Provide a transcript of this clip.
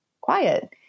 quiet